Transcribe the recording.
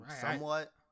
somewhat